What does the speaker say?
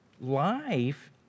life